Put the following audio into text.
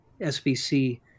SBC